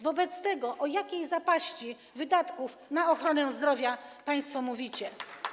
Wobec tego o jakiej zapaści wydatków na ochronę zdrowia państwo mówicie?